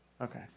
Okay